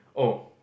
oh